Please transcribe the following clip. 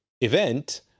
event